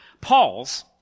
Paul's